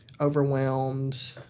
overwhelmed